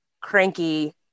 cranky